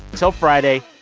till friday,